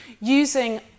using